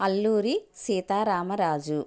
Alluri Sita Ramaraju